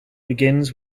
begins